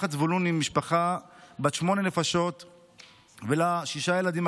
משפחת זבולוני היא משפחה בת שמונה נפשות שבה שישה ילדים,